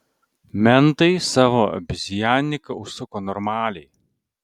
mentai savo abizjaniką užsuko normaliai